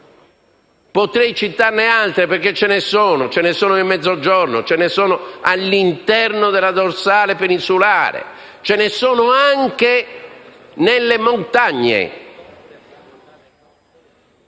Potrei citarne altre, perché ce ne sono: ce ne sono nel Mezzogiorno e ce ne sono all'interno della dorsale peninsulare; ce ne sono anche nelle montagne